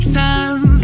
time